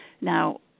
now